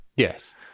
Yes